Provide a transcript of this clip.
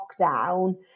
lockdown